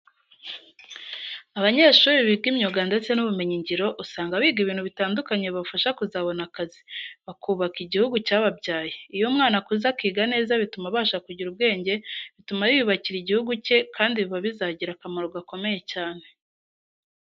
Abanyeshuri biga imyuga ndetse n'ubumenyi ngiro usanga biga ibintu bitandukanye bibafasha kuzabona akazi, bakubaka igihugu cyababyaye. Iyo umwana akuze akiga neza bituma abasha kugira ubwenge bituma yiyubakira igihugu cye kandi biba bizagira akamaro gakomeye cyane.